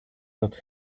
that